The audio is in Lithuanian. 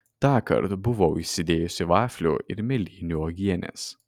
tąkart buvau įsidėjusi vaflių ir mėlynių uogienės